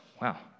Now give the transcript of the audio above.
wow